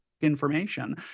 information